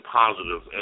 positive